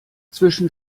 zwischen